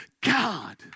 God